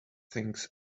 things